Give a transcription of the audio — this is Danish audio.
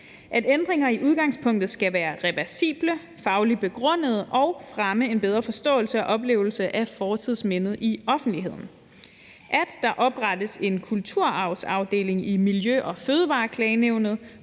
»At ændringer i udgangspunktet skal være reversible, fagligt begrundede og fremme en bedre forståelse og oplevelse af fortidsmindet for offentligheden.« Endvidere fremgår det: »At der oprettes en kulturarvsafdeling i Miljø- og Fødevareklagenævnet,